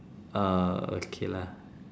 uh okay lah